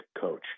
coach